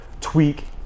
tweak